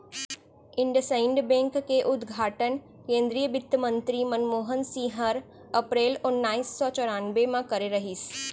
IndusInd bank के उद्घाटन केन्द्रीय बित्तमंतरी मनमोहन सिंह हर अपरेल ओनाइस सौ चैरानबे म करे रहिस